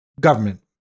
government